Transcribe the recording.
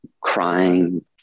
crying